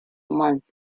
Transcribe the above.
month